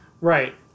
Right